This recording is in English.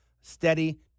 Steady